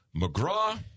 McGraw